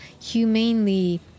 humanely